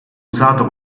usato